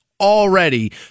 already